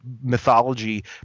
mythology